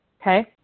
okay